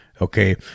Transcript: okay